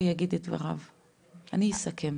אני אסכם.